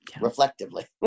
Reflectively